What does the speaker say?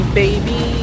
baby